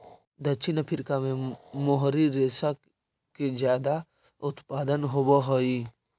दक्षिण अफ्रीका में मोहरी रेशा के ज्यादा उत्पादन होवऽ हई